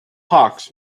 hawks